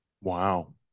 Wow